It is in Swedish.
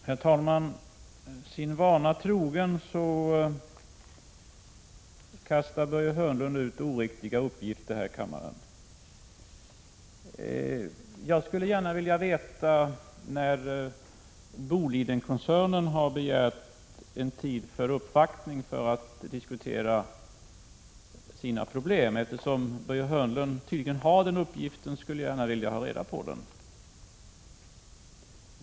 Herr talman! Sin vana trogen kastar Börje Hörnlund ut oriktiga uppgifter i kammaren. Eftersom Börje Hörnlund tydligen har den här upplysningen om Bolidenkoncernen skulle jag gärna vilja veta när koncernen har begärt en tid för uppvaktning för att diskutera sina problem.